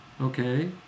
okay